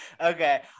Okay